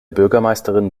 bürgermeisterin